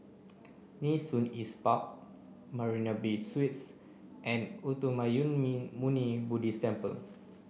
Nee Soon East Park Marina Bay Suites and Uttamayanmuni Buddhist Temple